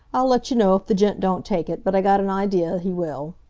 i'll let you know if the gent don't take it, but i got an idea he will.